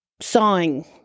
sawing